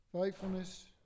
faithfulness